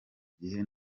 gihe